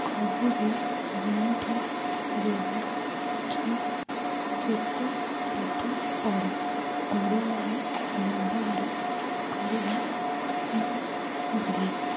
କହିବି ଯେଉଁଠି ରହୁଛ ଯେତେ ପାଠ ପଢ଼ ଓଡ଼ିଆର ବ୍ୟବହାର କରିବା ନ ଭୁଲ